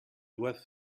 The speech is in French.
dois